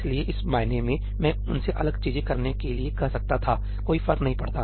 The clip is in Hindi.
इसलिए इस मायने में मैं उनसे अलग चीजें करने के लिए कह सकता था कोई फर्क नहीं पड़ता